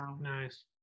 Nice